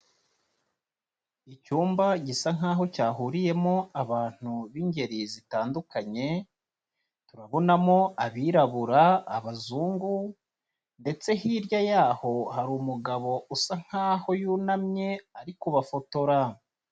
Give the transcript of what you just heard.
Icyumba gisa nkaho cyahuriyemo abantu b'ingeri zitandukanye, turabonamo abirabura, abazungu ndetse hirya yaho hari umugabo usa nkaho yunamye ari kubafotora.